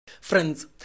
Friends